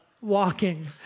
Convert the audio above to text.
walking